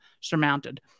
surmounted